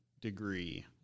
degree